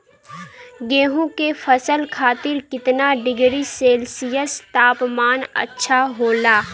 गेहूँ के फसल खातीर कितना डिग्री सेल्सीयस तापमान अच्छा होला?